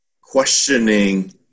questioning